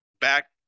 Back